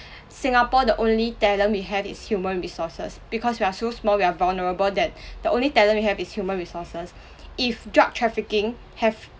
singapore the only talent we have is human resources because we are so small we are vulnerable that the only talent we have is human resources if drug trafficking have